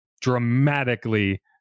dramatically